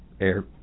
air